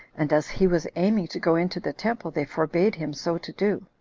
and as he was aiming to go into the temple, they forbade him so to do